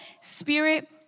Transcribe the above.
spirit